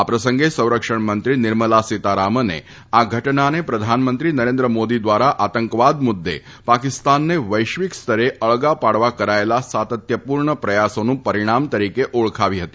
આ પ્રસંગે સંરક્ષણ મંત્રી નિર્મલા સીતારામને આ ઘટનાને પ્રધાનમંત્રી નરેન્દ્ર મોદી દ્વારા આતંકવાદ મુદ્દે પાકિસ્તાનને વૈશ્વીક સ્તરે અળગા પાડવા કરાયેલા સાતત્યપૂર્ણ પ્રયાસોનું પરિણામ તરીકે ઓળખાવી ફતી